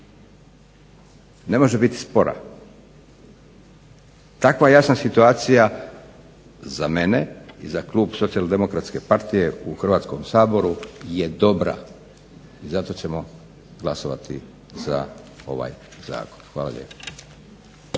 Ne može biti spora. Takva jasna situacija za mene i za klub Socijaldemokratske partije u Hrvatskom saboru je dobra i zato ćemo glasovati za ovaj Zakon. Hvala vam